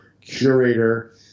curator